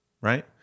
right